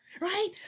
right